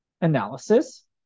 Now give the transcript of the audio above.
analysis